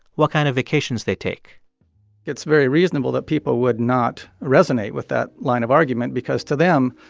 what kind of vacations they take it's very reasonable that people would not resonate with that line of argument because, to them,